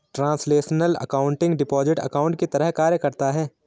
translational accounting deposit account की तरह कार्य करता है